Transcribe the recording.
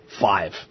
five